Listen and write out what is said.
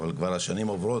אבל כבר השנים עוברות,